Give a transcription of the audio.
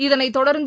இதனைத் தொடர்ந்து